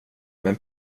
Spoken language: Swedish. men